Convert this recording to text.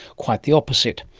quite the opposite.